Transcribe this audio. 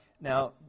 Now